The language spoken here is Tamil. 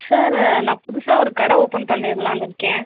சார் நான் புதுசாக ஒரு கடை ஓபன் பண்ணிருலான்னு இருக்கேன்